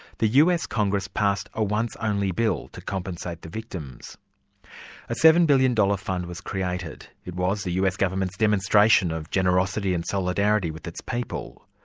the us congress passed a once only bill to compensate the victims. a seven billion dollars fund was created. it was the us government's demonstration of generosity and solidarity with its people.